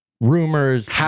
rumors